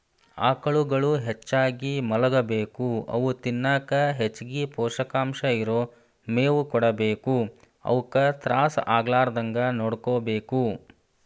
ಆಕಳುಗಳು ಹೆಚ್ಚಾಗಿ ಮಲಗಬೇಕು ಅವು ತಿನ್ನಕ ಹೆಚ್ಚಗಿ ಪೋಷಕಾಂಶ ಇರೋ ಮೇವು ಕೊಡಬೇಕು ಅವುಕ ತ್ರಾಸ ಆಗಲಾರದಂಗ ನೋಡ್ಕೋಬೇಕು